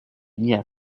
дня